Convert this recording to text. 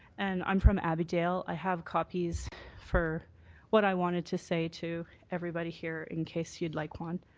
and i'm from abbeydale. i have copies for what i wanted to say to everybody here in case you'd like one.